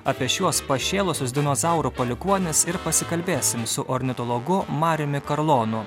apie šiuos pašėlusius dinozaurų palikuonis ir pasikalbėsim su ornitologu mariumi karlonu